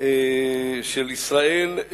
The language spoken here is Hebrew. של ישראל,